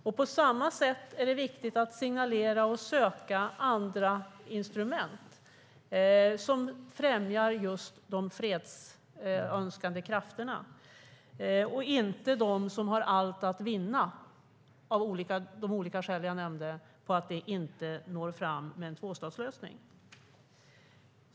Därför är det viktigt att söka även andra instrument som främjar de fredsönskande krafterna, sådana som inte främjar dem som av de olika skäl jag nämnde har allt att vinna på att det inte blir en tvåstatslösning.